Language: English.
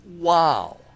WOW